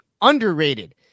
underrated